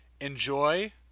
enjoy